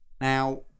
Now